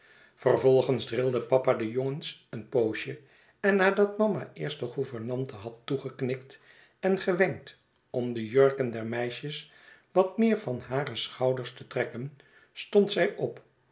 vervolgens drilde papa de jongens een poosje en nadat mama eerst de gouvernante had toegeknikt en gewenkt om de jurken der meisjes wat meer van hare schouders te trekken stond zij op